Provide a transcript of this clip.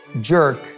jerk